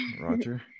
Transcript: Roger